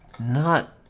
not